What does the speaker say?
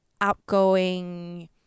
outgoing